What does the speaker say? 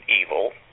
evil